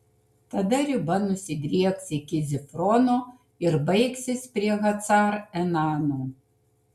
tada riba nusidrieks iki zifrono ir baigsis prie hacar enano